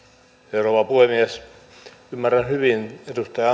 rouva puhemies ymmärrän hyvin edustaja anttilan ja